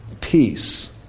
peace